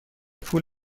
پول